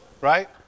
Right